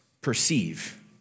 Perceive